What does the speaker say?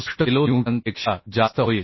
67 kilonewton पेक्षा जास्त होईल